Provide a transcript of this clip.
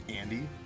andy